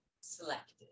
selected